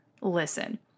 listen